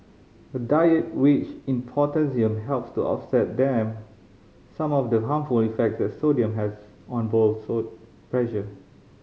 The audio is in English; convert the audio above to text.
a diet rich in potassium helps to offset them some of the harmful effects that sodium has on blood pressure